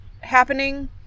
happening